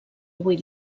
avui